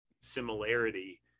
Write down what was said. similarity